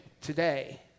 today